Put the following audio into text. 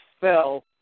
fell